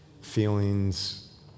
feelings